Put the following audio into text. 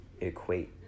equate